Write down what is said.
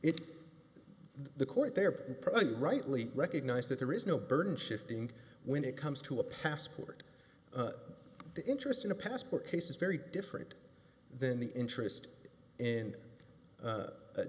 it the court there probably rightly recognized that there is no burden shifting when it comes to a passport the interest in a passport case is very different than the interest in